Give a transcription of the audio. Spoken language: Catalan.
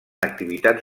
activitats